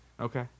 Okay